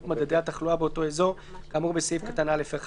מדדי התחלואה באותו אזור כאמור בסעיף קטן (א)(1),